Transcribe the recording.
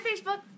Facebook